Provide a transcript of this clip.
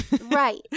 Right